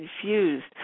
confused